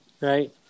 right